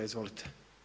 Izvolite.